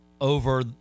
over